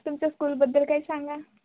तुमच्या स्कूलबद्दल काही सांगा